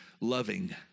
loving